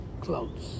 clothes